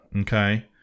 Okay